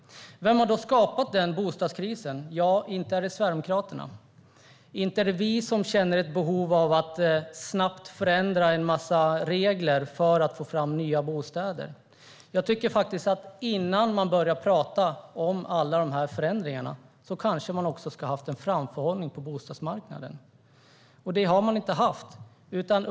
Vem har då skapat denna bostadskris? Ja, inte är det Sverigedemokraterna. Det är inte vi som känner ett behov av att snabbt förändra en massa regler för att få fram nya bostäder. Jag tycker att man, innan man började tala om alla dessa förändringar, kanske skulle ha haft en framförhållning på bostadsmarknaden. Det har man inte haft.